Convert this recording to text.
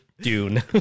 dune